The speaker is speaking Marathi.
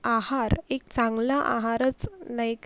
आहार एक चांगला आहारच लाईक